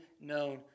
known